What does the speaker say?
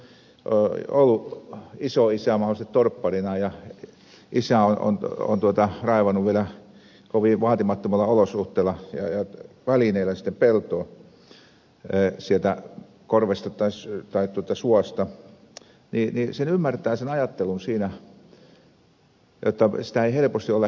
kun siellä on ollut isoisä mahdollisesti torpparina ja isä on raivannut vielä kovin vaatimattomissa olosuhteissa ja vaatimattomilla välineillä peltoa sieltä korvesta tai suosta niin sen ajattelun ymmärtää siinä jotta sitä ei helposti ole lähdetty myymään